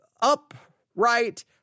upright